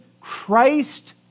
Christ